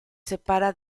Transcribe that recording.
separa